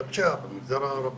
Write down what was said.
על הפשיעה במגזר הערבי.